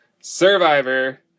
Survivor